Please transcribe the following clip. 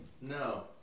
no